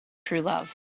truelove